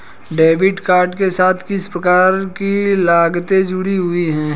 Debit card के साथ किस प्रकार की लागतें जुड़ी हुई हैं?